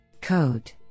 Code